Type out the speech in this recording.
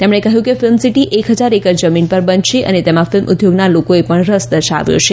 તેમણે કહ્યું કે ફિલ્મ સીટી એક હજાર એકર જમીન પર બનશે અને તેમાં ફિલ્મ ઉદ્યોગના લોકોએ પણ રસ દર્શાવ્યો છે